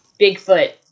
Bigfoot